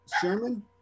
sherman